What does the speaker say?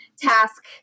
task